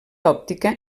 òptica